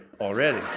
already